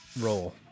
roll